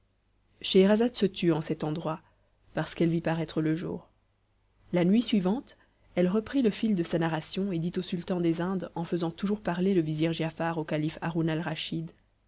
scheherazade se tut en cet endroit parce qu'elle vit paraître le jour la nuit suivante elle reprit le fil de sa narration et dit au sultan des indes en faisant toujours parler le vizir giafar au calife